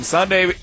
Sunday